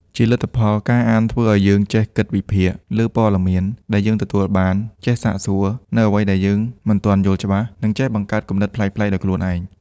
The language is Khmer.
ជាលទ្ធផល ការអានធ្វើឱ្យយើងចេះគិតវិភាគ លើព័ត៌មានដែលយើងទទួលបាន ចេះ សាកសួរ នូវអ្វីដែលយើងមិនទាន់យល់ច្បាស់ និងចេះ បង្កើតគំនិតប្លែកៗដោយខ្លួនឯង។